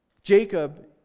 Jacob